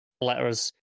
letters